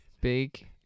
Big